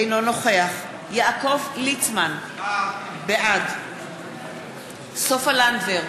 אינו נוכח יעקב ליצמן, בעד סופה לנדבר,